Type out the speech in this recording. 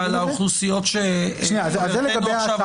ועל האוכלוסיות שחברתנו עכשיו